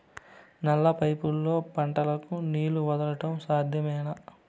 నల్ల పైపుల్లో పంటలకు నీళ్లు వదలడం సాధ్యమేనా?